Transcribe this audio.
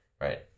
right